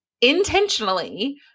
intentionally